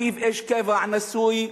אחיו, איש קבע, נשוי,